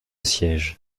siège